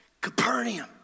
Capernaum